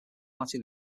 party